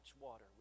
water